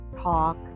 talk